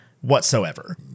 whatsoever